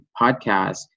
podcast